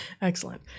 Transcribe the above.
Excellent